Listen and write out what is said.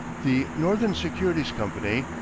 the northern securities company,